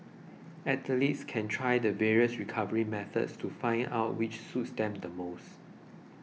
athletes can try the various recovery methods to find out which suits them the most